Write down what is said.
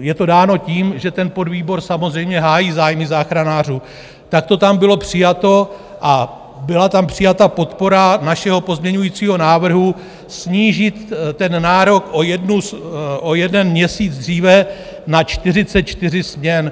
je to dáno tím, že ten podvýbor samozřejmě hájí zájmy záchranářů, tak to tam bylo přijato a byla tam přijata podpora našeho pozměňujícího návrhu snížit ten nárok o jeden měsíc dříve na 44 směn.